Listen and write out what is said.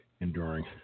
enduring